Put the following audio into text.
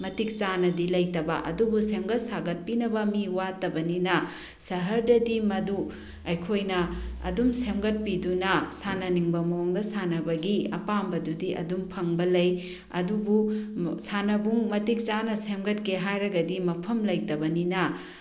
ꯃꯇꯤꯛ ꯆꯥꯅꯗꯤ ꯂꯩꯇꯕ ꯑꯗꯨꯕꯨ ꯁꯦꯝꯒꯠ ꯁꯥꯒꯠꯄꯤꯅꯕ ꯃꯤ ꯋꯥꯠꯇꯕꯅꯤꯅ ꯁꯍꯔꯗꯗꯤ ꯃꯗꯨ ꯑꯩꯈꯣꯏꯅ ꯑꯗꯨꯝ ꯁꯦꯝꯒꯠꯄꯤꯗꯨꯅ ꯁꯥꯟꯅꯅꯤꯡꯕ ꯃꯑꯣꯡꯗ ꯁꯥꯟꯅꯕꯒꯤ ꯑꯄꯥꯝꯕꯗꯨꯗꯤ ꯑꯗꯨꯝ ꯐꯪꯕ ꯂꯩ ꯑꯗꯨꯕꯨ ꯁꯥꯟꯅꯕꯨꯡ ꯃꯇꯤꯛ ꯆꯥꯅ ꯁꯦꯝꯒꯠꯀꯦ ꯍꯥꯏꯔꯒꯗꯤ ꯃꯐꯝ ꯂꯩꯇꯕꯅꯤꯅ